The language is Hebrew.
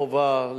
חובה,